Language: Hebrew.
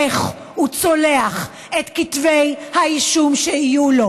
איך הוא צולח את כתבי האישום שיהיו לו.